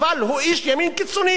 אבל הוא איש ימין קיצוני,